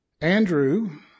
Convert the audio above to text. Andrew